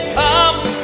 come